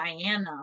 Diana